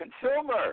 consumer